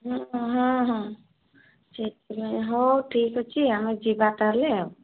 ହଁ ହଁ ହଁ ସେଇଥିପାଇଁ ହେଉ ଠିକ ଅଛି ଆମେ ଯିବା ତାହେଲେ ଆଉ